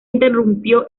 interrumpió